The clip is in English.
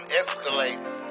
escalating